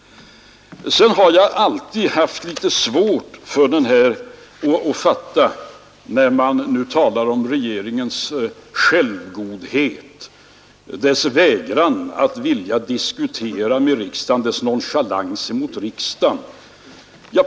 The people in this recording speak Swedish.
Jag har litet svårt att fatta det här talet om regeringens självgodhet, dess vägran att diskutera med riksdagen, dess nonchalans mot riksdagen.